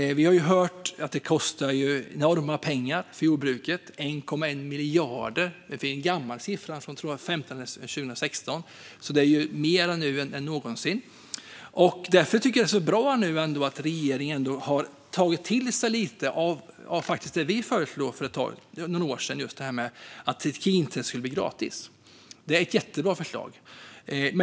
Vi har hört att det kostar enorma pengar för jordbruket, 1,1 miljarder. Det är en gammal siffra från, tror jag, 2016, så det är mer nu än någonsin. Därför tycker jag att det är så bra att regeringen har tagit till sig lite av det som vi föreslog för några år sedan, att trikintest skulle bli gratis. Det är ett jättebra förslag.